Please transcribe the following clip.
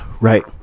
right